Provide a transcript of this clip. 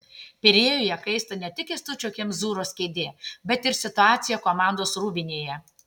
pirėjuje kaista ne tik kęstučio kemzūros kėdė bet ir situacija komandos rūbinėje